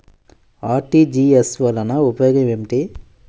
RTGS వలన ఉపయోగం ఏమిటీ?